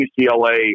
UCLA